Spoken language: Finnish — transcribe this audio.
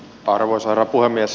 arvoisa herra puhemies